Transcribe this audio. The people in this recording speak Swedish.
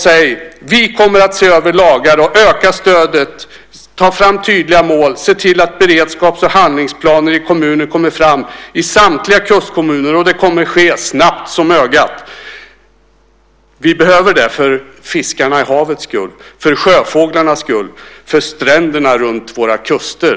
Säg: Vi kommer att se över lagarna och öka stödet, ta fram tydliga mål, se till att beredskaps och handlingsplaner kommer fram i samtliga kustkommunerna och det kommer att ske snabbt som ögat! Vi behöver det för fiskarnas i havet skull, för sjöfåglarnas skull, för stränderna runt våra kuster.